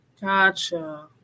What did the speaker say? gotcha